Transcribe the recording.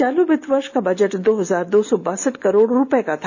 चालू वित्तीय वर्ष का बजट दो हजार दो सौ बासठ करोड़ रुपए का था